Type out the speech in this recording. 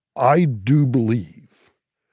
i do believe,